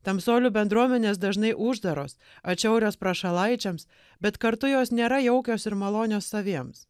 tamsuolių bendruomenės dažnai uždaros atšiaurios prašalaičiams bet kartu jos nėra jaukios ir malonios saviems